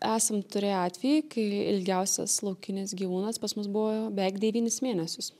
esam turėję atvejį kai ilgiausias laukinis gyvūnas pas mus buvo beveik devynis mėnesius